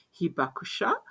hibakusha